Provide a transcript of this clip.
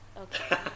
okay